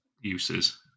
uses